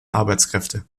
arbeitskräfte